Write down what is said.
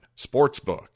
sportsbook